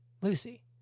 Lucy